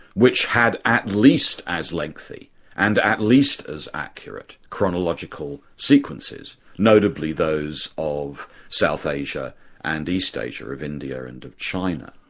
which had at least as lengthy and at least as accurate, chronological sequences, notably those of south asia and east asia, of india and of china.